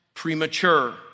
premature